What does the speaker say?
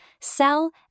sell